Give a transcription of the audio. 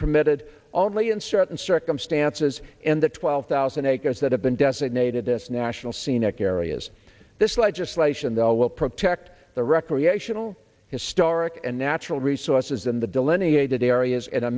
permitted only in certain circumstances and the twelve thousand acres that have been designated this national scenic areas this legislation though will protect the recreational historic and natural resources in the delineated areas in a